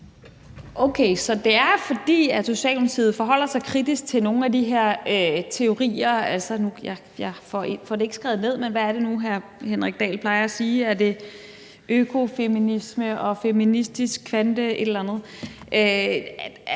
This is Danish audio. Okay, så det er, fordi Socialdemokratiet forholder sig kritisk til nogle af de her teorier. Jeg får det ikke skrevet ned, men hvad er det nu, hr. Henrik Dahl plejer at sige – er det økofeminisme og feministisk kvante